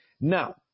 Now